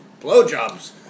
blowjobs